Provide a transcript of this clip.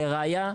לראייה,